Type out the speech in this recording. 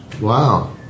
Wow